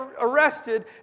arrested